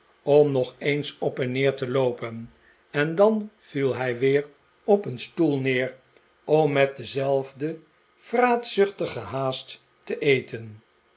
om nog eens op en neer te loopen en dan viel hij weer op een stoel neer om met dezelfde vraatzuchtige haast te eten